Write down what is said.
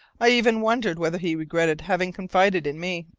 i even wondered whether he regretted having confided in me,